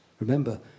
Remember